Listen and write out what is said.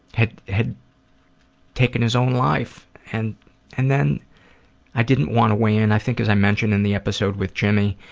had had taken his own life and and then i didn't want to weigh in. i think as i mentioned in the episode with jimmy,